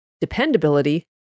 dependability